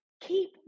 keep